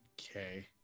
Okay